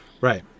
right